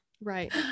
Right